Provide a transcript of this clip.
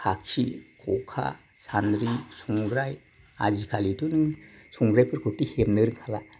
खाखि खखा सानद्रि संग्राय आजिखालिथ' नों संग्राय सान्द्रिफोरखौथ' हेबनो रोंखाला